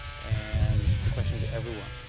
and it's a question to everyone,